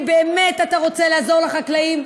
אם באמת אתה רוצה לעזור לחקלאים,